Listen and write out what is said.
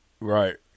Right